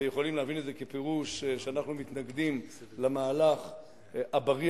ויכולים להבין את זה כפירוש שאנחנו מתנגדים למהלך הבריא